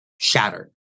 shattered